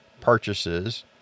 purchases